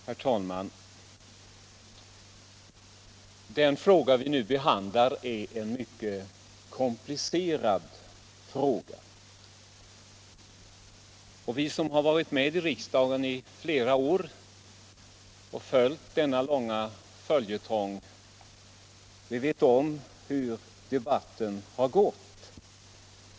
Herr talman! Den fråga vi nu behandlar är mycket komplicerad. Vi som har varit med i riksdagen under flera år och upplevt denna långa följetong vet hur debatten har gått.